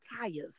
tires